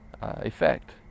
effect